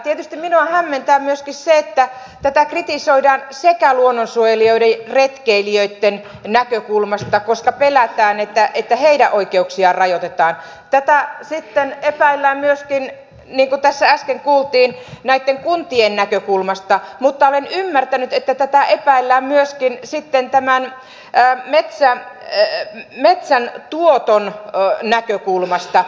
tietysti minua hämmentää myöskin se että tätä kritisoidaan luonnonsuojelijoiden ja retkeilijöitten näkökulmasta koska pelätään että heidän oikeuksiaan rajoitetaan ja sitten epäillään myöskin niin kuin tässä äsken kuultiin näitten kuntien näkökulmasta mutta olen ymmärtänyt että tätä epäillään myöskin sitten tämän metsän tuoton näkökulmasta